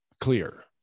clear